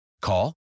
Call